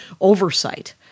oversight